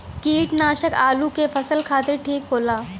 कीटनाशक आलू के फसल खातिर ठीक होला